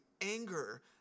anger